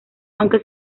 aunque